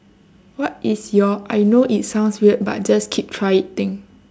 what is your I know it sounds weird but just keep try it thing